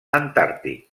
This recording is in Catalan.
antàrtic